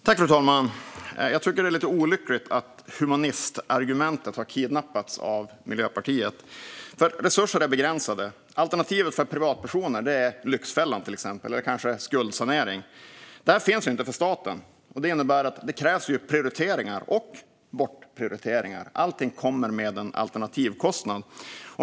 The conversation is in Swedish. Fru talman! Jag tycker att det är lite olyckligt att humanistargumentet har kidnappats av Miljöpartiet. Resurser är begränsade. Alternativet för privatpersoner är till exempel Lyxfällan eller kanske skuldsanering. Detta finns inte för staten. Det innebär att det krävs prioriteringar och bortprioriteringar. Allting kommer med en alternativkostnad.